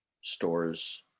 stores